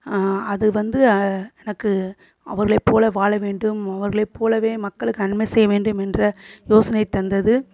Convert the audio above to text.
அது வந்து எனக்கு அவர்களைப்போல வாழ வேண்டும் அவர்களைப் போலவே மக்களுக்கு நன்மை செய்ய வேண்டுமென்ற யோசனை தந்தது